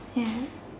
ya